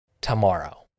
tomorrow